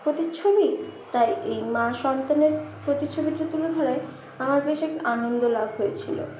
প্রতিচ্ছবি তাই এই মা সন্তানের প্রতিচ্ছবিটি তুলে ধরে আমার বেশ এক আনন্দ লাভ হয়েছিল